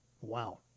Wow